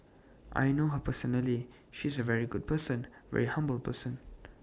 I know her personally she's A very good person very humble person